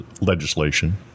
legislation